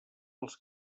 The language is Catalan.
els